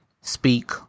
speak